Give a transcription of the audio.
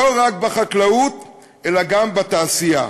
לא רק בחקלאות, אלא גם בתעשייה.